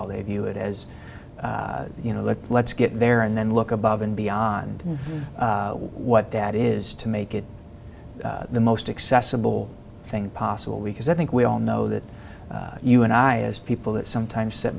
all they view it as you know look let's get there and then look above and beyond what that is to make it the most accessible thing possible because i think we all know that you and i as people that sometimes sit